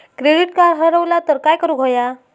Credit card हरवला तर काय करुक होया?